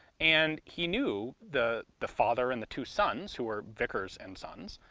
and he knew the the father and the two sons who were vickers and sons.